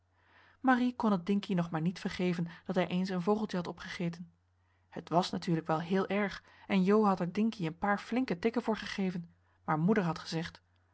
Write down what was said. marie kon het dinkie nog maar niet vergeven dat hij eens een vogeltje had opgegeten het wàs natuurlijk wel heel erg en jo had er dinkie een paar flinke tikken voor gegeven maar moeder had gezegd